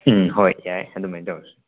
ꯎꯝ ꯍꯣꯏ ꯌꯥꯏ ꯑꯗꯨꯃꯥꯏꯅ ꯇꯧꯔꯁꯤ